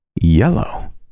Yellow